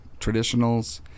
traditionals